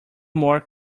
more